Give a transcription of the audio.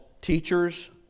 teachers